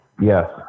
Yes